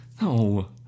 No